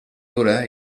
dura